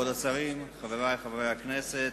כבוד השרים, חברי חברי הכנסת,